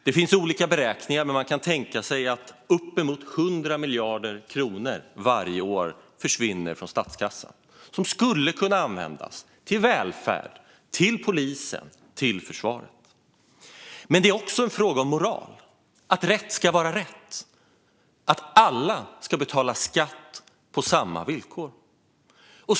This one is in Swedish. Det finns olika beräkningar, men man kan tänka sig att uppemot 100 miljarder kronor varje år försvinner från statskassan som skulle kunna användas till välfärden, polisen eller försvaret. Men det är också en fråga om moral, om att rätt ska vara rätt och att alla ska betala skatt på samma villkor.